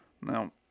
Now